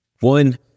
One